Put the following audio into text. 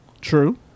True